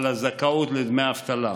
על הזכאות לדמי אבטלה.